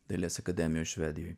dailės akademijos švedijoj